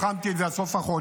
תחמתי את זה עד סוף החודש.